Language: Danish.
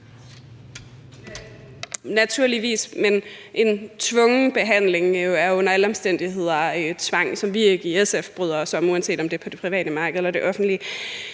Naturligvis, men en tvungen behandling er under alle omstændigheder tvang, hvad vi i SF ikke bryder os om, uanset om det er på det private marked eller i det offentlige.